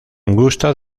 gusta